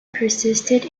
persisted